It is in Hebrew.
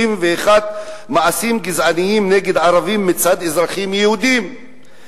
91 מעשים גזעניים נגד ערבים מצד אזרחים יהודים,